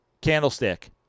Candlestick